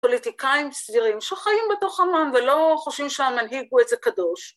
פוליטיקאים סבירים שחיים בתוך המון ולא חושבים שהמנהיג הוא איזה קדוש